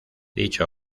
dicho